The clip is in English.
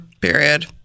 Period